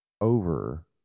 over